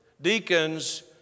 Deacons